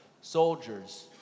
soldiers